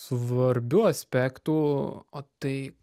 svarbių aspektų o tai